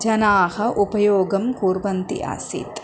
जनाः उपयोगं कुर्वन्ति आसीत्